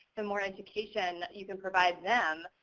the more education you can provide them,